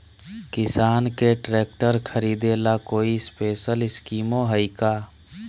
किसान के ट्रैक्टर खरीदे ला कोई स्पेशल स्कीमो हइ का?